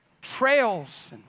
Trails